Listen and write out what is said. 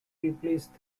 replaced